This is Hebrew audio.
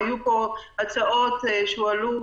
היו פה הצעות שהועלו,